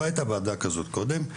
לא הייתה ועדה כזאת קודם.